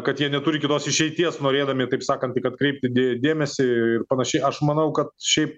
kad jie neturi kitos išeities norėdami taip sakant tik atkreipti dė dėmesį ir panašiai aš manau kad šiaip